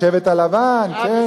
השבט הלבן, כן.